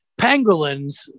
pangolins